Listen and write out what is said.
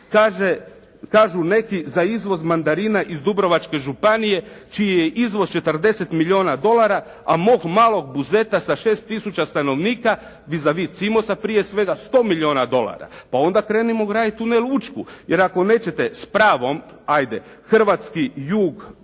kažu neki za izvoz mandarina iz Dubrovačke županije čiji je izvoz 40 milijuna dolara a mog malog Buzeta sa 6 tisuća stanovnika «vis avis» Cimosa prije svega 100 milijuna dolara. Pa onda krenimo graditi tunel Učku jer ako nećete s pravom ajde hrvatski jug